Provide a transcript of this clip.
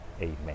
amen